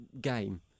game